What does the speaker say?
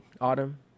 Autumn